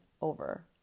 over